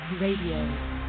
RADIO